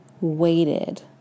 waited